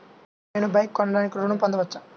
నేను బైక్ కొనటానికి ఋణం పొందవచ్చా?